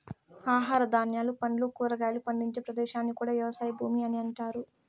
ఆహార ధాన్యాలు, పండ్లు, కూరగాయలు పండించే ప్రదేశాన్ని కూడా వ్యవసాయ భూమి అని అంటారు